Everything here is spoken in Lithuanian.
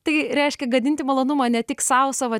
tai reiškia gadinti malonumą ne tik sau savo